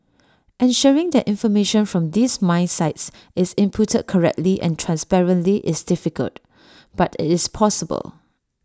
ensuring that information from these mine sites is inputted correctly and transparently is difficult but IT is possible